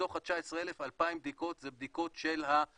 מתוך ה-19,000 2,000 בדיקות זה בדיקות של המחלימים,